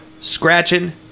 scratching